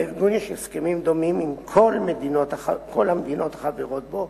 לארגון יש הסכמים דומים עם כל המדינות החברות בו,